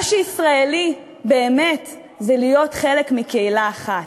מה שישראלי באמת זה להיות חלק מקהילה אחת,